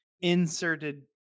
inserted